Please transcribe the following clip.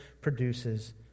produces